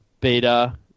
beta